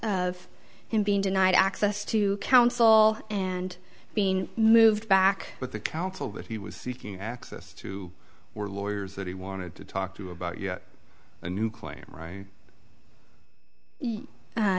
of him being denied access to counsel and being moved back but the counsel that he was seeking access to were lawyers that he wanted to talk to about yet a new claim right